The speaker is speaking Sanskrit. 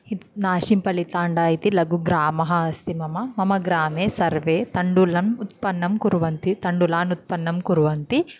नासिपलिताण्डः इति लघुग्रामः अस्ति मम मम ग्रामे सर्वे तण्डुलम् उत्पन्नं कुर्वन्ति तण्डुलान् उत्पन्नं कुर्वन्ति